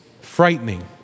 frightening